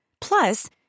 Plus